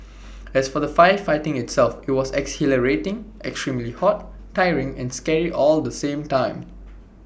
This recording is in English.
as for the firefighting itself IT was exhilarating extremely hot tiring and scary all at the same time